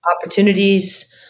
opportunities